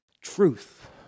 truth